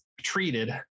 treated